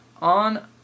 on